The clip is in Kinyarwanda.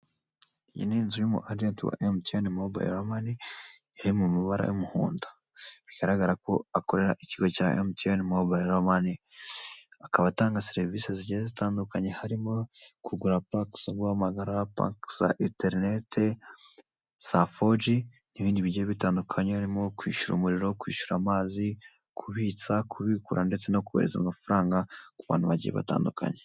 Iyi ni inzu y'umu agenti wa emutiyeni mobayiro mani, iri mu mabara y'umuhondo, bigaragara ko akorera ikigo cya emutiyeni mobayiro mani. Akaba atanga serivisi zigiye zitandukanye zirimo: kugura paki zo guhamagara, paki za interineti za fo gi, n'ibindi bigiye bitandukanye birimo kwishyura umuriro, kwishyura amazi, kubitsa, kubikura ndetse no kohereza amafaranga ku bantu bagiye batandukanye.